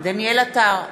דניאל עטר,